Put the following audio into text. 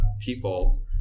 people